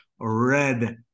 red